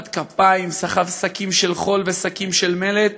בעבודת כפיים, סחב שקים של חול ושקים של מלט,